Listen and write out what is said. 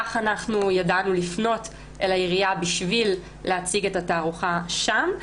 כך ידענו לפנות לעירייה כדי להציג את התערוכה שם.